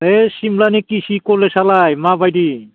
बोइ सिमलानि किसि कलेजआलाय माबायदि